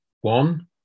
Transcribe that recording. one